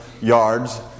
yards